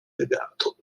legato